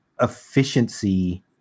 efficiency